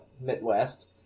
Midwest